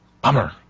Bummer